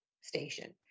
station